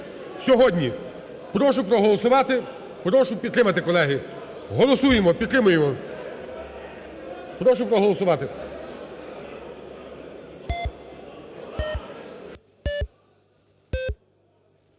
Сьогодні. Прошу проголосувати, прошу підтримати, колеги. Голосуємо, підтримуємо. Прошу проголосувати.